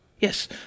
Yes